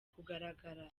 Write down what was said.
kugaragara